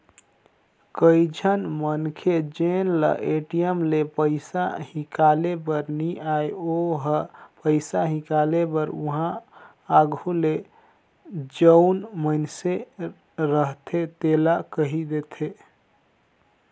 कइझन मनखे जेन ल ए.टी.एम ले पइसा हिंकाले बर नी आय ओ ह पइसा हिंकाले बर उहां आघु ले जउन मइनसे रहथे तेला कहि देथे